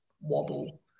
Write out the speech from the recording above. wobble